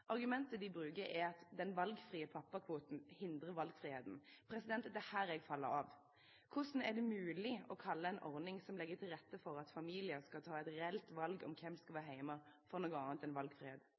Argumentet de bruker, er at den valgfrie pappakvoten hindrer valgfriheten. Her faller jeg av. Hvordan er det mulig å kalle en ordning som legger til rette for at familier kan ta et reelt valg om hvem som skal